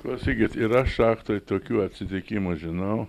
klausykit yra šachtoj tokių atsitikimų žinau